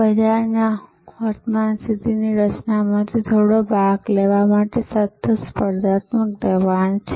અસંગઠિત શેરી ખોરાક હવે વિવિધ આઉટલેટ્સમાંથી બહુવિધ આરોગ્યપ્રદ પેકેજોમાં વિતરિત કરવામાં આવે છે